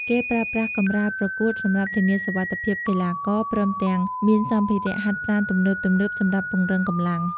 គេប្រើប្រាស់កម្រាលប្រកួត សម្រាប់ធានាសុវត្ថិភាពកីឡាករ ព្រមទាំងមានសម្ភារៈហាត់ប្រាណទំនើបៗសម្រាប់ពង្រឹងកម្លាំង។